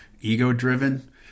ego-driven